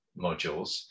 modules